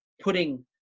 putting